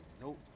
nope